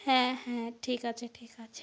হ্যাঁ হ্যাঁ ঠিক আছে ঠিক আছে